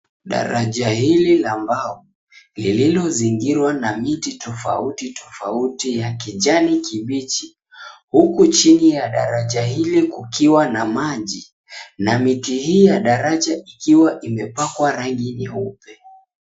Daraja hili la mbao, lililozingirwa na miti tofauti tofauti ya kijani kibichi, huku chini ya daraja hili kukiwa na maji na miti hii ya daraja ikiwa imepakwa rangi nyeupe.